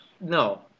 no